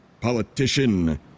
Politician